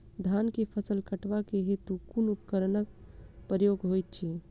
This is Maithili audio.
धान केँ फसल कटवा केँ हेतु कुन उपकरणक प्रयोग होइत अछि?